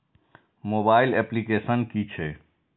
Mobile application कि छै?